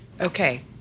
Okay